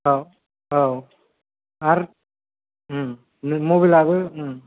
औ औ आरो मबेलाबो